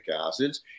acids